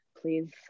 please